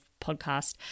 podcast